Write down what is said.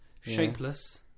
shapeless